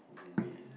be